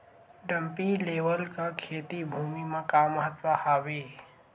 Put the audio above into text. Dumpy level का खेती भुमि म का महत्व हावे?